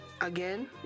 again